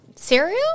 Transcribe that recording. Cereal